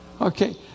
Okay